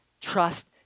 Trust